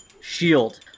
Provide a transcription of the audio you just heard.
shield